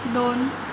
दोन